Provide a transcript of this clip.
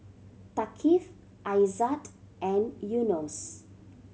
Thaqif Aizat and Yunos